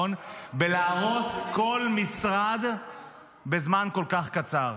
בלהרוס כל משרד בזמן כל כך קצר.